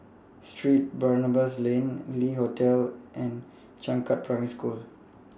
Saint Barnabas Lane Le Hotel and Changkat Primary School